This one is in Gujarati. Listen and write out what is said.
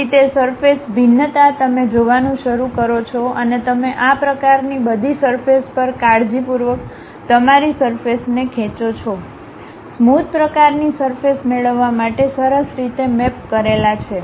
તેથી તે સરફેસ ભિન્નતા તમે જોવાનું શરૂ કરો છો અને તમે આ પ્રકારની બધી સરફેસ પર કાળજીપૂર્વક તમારી સરફેસને ખેંચો છો સ્મોધ પ્રકારની સરફેસ મેળવવા માટે સરસ રીતે મેપ કરેલા છે